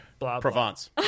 Provence